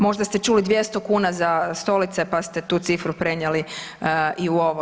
Možda ste čuli 200 kuna za stolice, pa ste tu cifru prenijeli i u ovo.